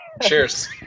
Cheers